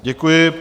Děkuji.